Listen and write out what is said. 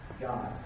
God